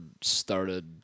started